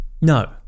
No